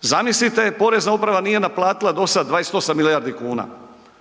Zamislite Porezna uprava nije naplatila do sada 28 milijardi kuna,